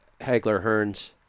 Hagler-Hearns